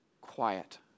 Quiet